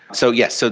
so yes, so